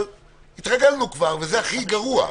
אבל התרגלנו כבר, וזה הכי גרוע.